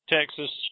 Texas